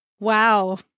Wow